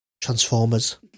Transformers